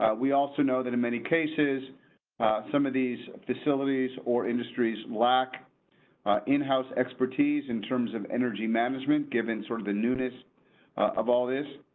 we also know that in many cases some of these facilities or industries lack in house expertise, in terms of energy management, given sort of the newness of all this.